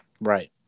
Right